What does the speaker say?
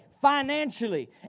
financially